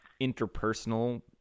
interpersonal